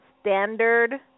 standard